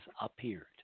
appeared